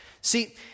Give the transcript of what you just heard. See